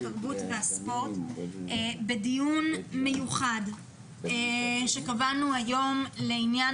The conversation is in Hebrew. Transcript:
התרבות והספורט בדיון מיוחד שקבענו היום לעניין